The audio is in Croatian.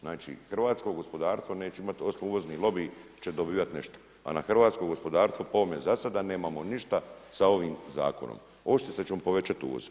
Znači hrvatsko gospodarstvo neće imati, to su uvozni lobiji će dobivati nešto, a na hrvatsko gospodarstvo po ovome za sada nemamo ništa sa ovim zakonom, osim što ćemo povećati uvoz.